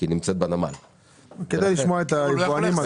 ומפה שיעשו מה שהם רוצים.